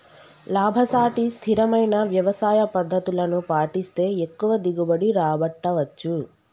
లాభసాటి స్థిరమైన వ్యవసాయ పద్దతులను పాటిస్తే ఎక్కువ దిగుబడి రాబట్టవచ్చు